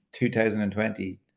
2020